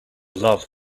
love